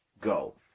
go